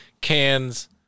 cans